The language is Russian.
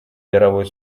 мировой